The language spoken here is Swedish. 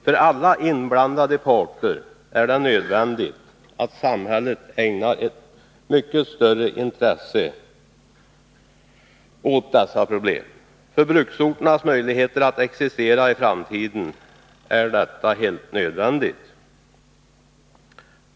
För alla inblandade parter är det nödvändigt att samhället ägnar ett mycket större intresse åt dessa problem. För bruksorternas möjligheter att existera i framtiden är detta en förutsättning.